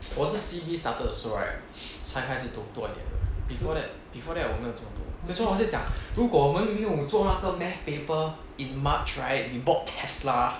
我是 C_B started 的时候 right 才开始读多一点的 before that before that 我没有这么多 that's why 我再讲如果我们没有做那个 math paper in march right we bought tesla